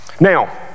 Now